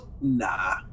nah